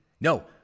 no